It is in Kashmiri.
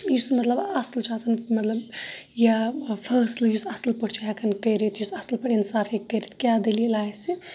یُس مَطلَب اَصل چھُ آسان مَطلَب یا فٲصلہٕ یُس اَصل پٲٹھۍ چھُ ہیٚکان کٔرِتھ یُس اَصل پٲٹھۍ اِنصاف ہیٚکہِ کٔرِتھ کیاہ دلیٖل آسہِ